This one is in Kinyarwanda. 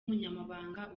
umunyamabanga